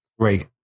Three